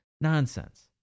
Nonsense